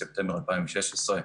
מספטמבר 2016,